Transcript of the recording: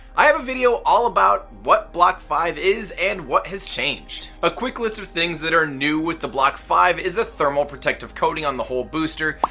i have a video all about what block five is and what has changed. a quick list of things that are new with the block five is a thermal protective coating on the whole booster,